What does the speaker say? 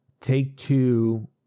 Take-Two